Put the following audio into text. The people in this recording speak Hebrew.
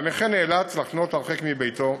והנכה נאלץ לחנות הרחק מביתו,